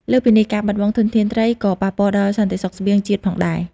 លើសពីនេះ ការបាត់បង់ធនធានត្រីក៏ប៉ះពាល់ដល់សន្តិសុខស្បៀងជាតិផងដែរ។